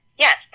Yes